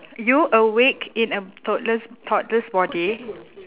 you awake in a toddler's toddler's body